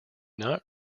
not